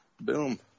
Boom